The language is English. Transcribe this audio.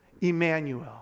Emmanuel